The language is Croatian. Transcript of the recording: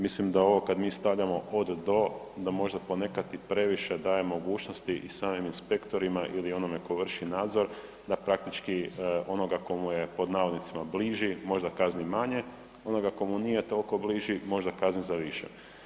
Mislim da ovo kad mi stavljamo od do da možda ponekad i previše daje mogućnosti i samim inspektorima ili onome ko vrši nadzor da praktički onoga ko mu je pod navodnicima bliži možda kazni manje, onoga ko mu nije tolko bliži možda kazne za više.